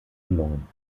gelungen